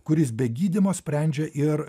kuris be gydymo sprendžia ir